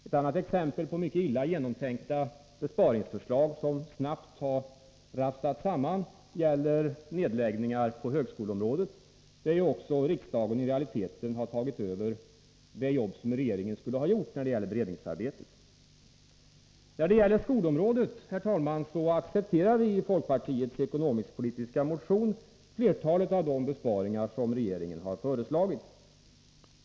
Ett annat exempel på mycket illa genomtänkta besparingsförslag som snabbt har rafsats samman gäller nedläggningar på högskoleområdet, där ju riksdagen i realiteten har tagit över det jobb som regeringen skulle ha gjort när det gäller beredningsarbetet. På skolområdet, herr talman, accepterar vi i folkpartiets ekonomiskpolitiska motion flertalet av de besparingar som regeringen har föreslagit.